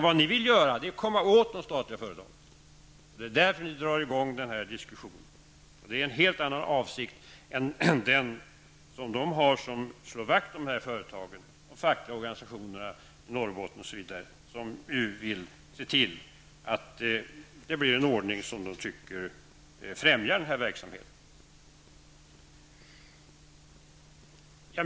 Vad ni vill göra är att komma åt de statliga företagen. Det är därför som ni drar i gång denna diskussion. Det är en helt annan avsikt än den som de som vill slå vakt om dessa företag har. De fackliga organisationerna i Norrbotten osv. vill få en utveckling som de tycker främjar denna verksamhet.